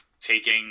taking